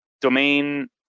Domain